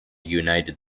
united